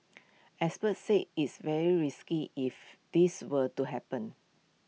experts say is very risky if this were to happen